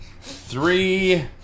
Three